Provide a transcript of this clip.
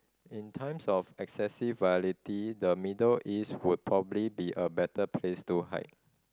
in times of excessive volatility the Middle East would probably be a better place to hide